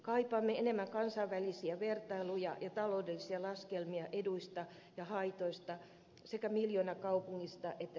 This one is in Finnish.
kaipaamme enemmän kansainvälisiä vertailuja ja taloudellisia laskelmia eduista ja haitoista sekä miljoonakaupungista että